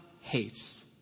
hates